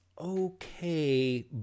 okay